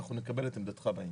אנחנו נקבל את עמדתך בעניין.